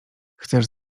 chcesz